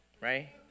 right